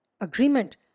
agreement